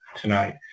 tonight